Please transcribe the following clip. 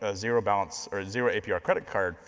ah zero balance, or zero apr credit card,